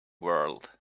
world